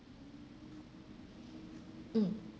mm